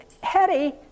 Hetty